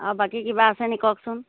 আৰু বাকী কিবা আছে নেকি কওকচোন